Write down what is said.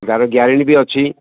ୟାର ଗ୍ୟାରେଣ୍ଟି ବି ଅଛି